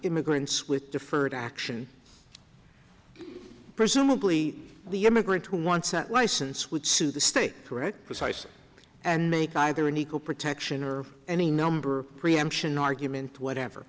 immigrants with deferred action presumably the immigrant who wants a license would sue the state correct precisely and make either an equal protection or any number preemption argument whatever